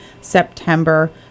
September